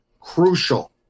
crucial